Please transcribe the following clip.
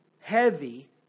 heavy